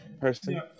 person